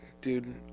Dude